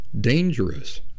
dangerous